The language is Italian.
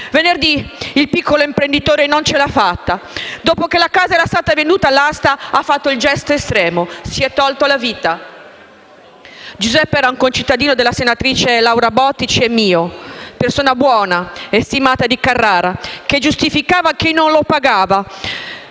Venerdì il piccolo imprenditore non ce l'ha fatta; dopo che la casa è stata venduta all'asta ha fatto il gesto estremo: si è tolto la vita. Giuseppe era un concittadino della senatrice Laura Bottici e mio, persona buona e stimata di Carrara, che giustificava chi non lo pagava,